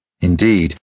Indeed